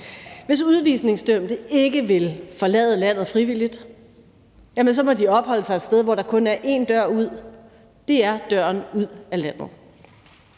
Hvis udvisningsdømte ikke vil forlade landet frivilligt, jamen så må de opholde sig et sted, hvor der kun er én dør ud, og det er døren ud af landet.